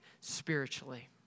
spiritually